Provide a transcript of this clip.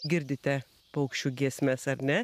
girdite paukščių giesmes ar ne